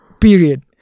period